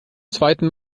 zweiten